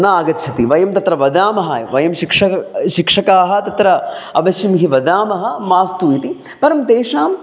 न आगच्छति वयं तत्र वदामः वयं शिक्षकः शिक्षकाः तत्र अवश्यं हि वदामः मास्तु इति परं तेषाम्